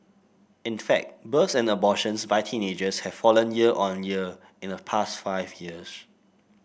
in fact births and abortions by teenagers have fallen year on year in the past five years